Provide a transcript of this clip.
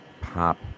pop